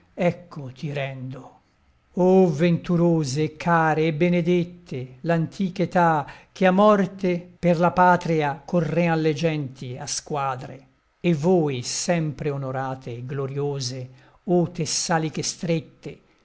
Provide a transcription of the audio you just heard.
ecco ti rendo oh venturose e care e benedette l'antiche età che a morte per la patria correan le genti a squadre e voi sempre onorate e gloriose o tessaliche strette